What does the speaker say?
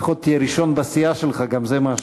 לפחות תהיה ראשון בסיעה שלך, גם זה משהו.